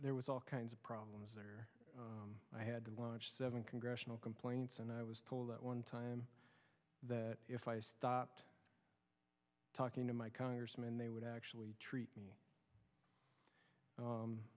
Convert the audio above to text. there was all kinds of problems there i had to watch seven congressional complaints and i was told at one time that if i stopped talking to my congressman they would actually treat me